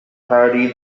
parodied